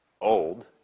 old